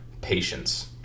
patience